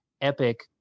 epic